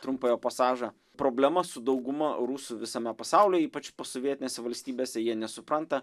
trumpą jo pasažą problema su dauguma rusų visame pasaulyje ypač posovietinėse valstybėse jie nesupranta